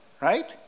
right